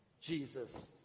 Jesus